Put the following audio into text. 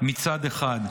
מצד אחד,